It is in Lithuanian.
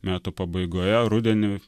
metų pabaigoje rudenį